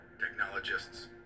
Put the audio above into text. technologists